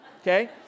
okay